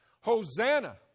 Hosanna